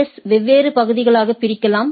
S ஸை வெவ்வேறு பகுதிகளாக பிரிக்கலாம்